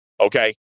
Okay